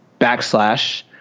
backslash